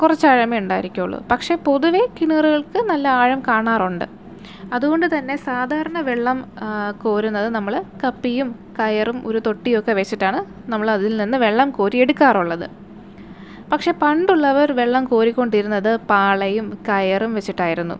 കുറച്ച് ആഴമേ ഉണ്ടായിരിക്കുകയുള്ളൂ പക്ഷേ പൊതുവേ കിണറുകൾക്ക് നല്ല ആഴം കാണാറുണ്ട് അതുകൊണ്ടു തന്നെ സാധാരണ വെള്ളം കോരുന്നത് നമ്മൾ കപ്പിയും കയറും ഒരു തൊട്ടിയും ഒക്കെ വെച്ചിട്ടാണ് നമ്മൾ അതിൽ നിന്ന് വെള്ളം കോരിയെടുക്കാറുള്ളത് പക്ഷേ പണ്ടുള്ളവർ വെള്ളം കോരിക്കൊണ്ടിരുന്നത് പാളയും കയറും വച്ചിട്ടായിരുന്നു